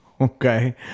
Okay